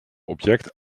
object